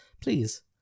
Please